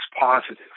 positive